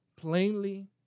plainly